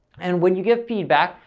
and when you get feedback,